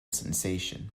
sensation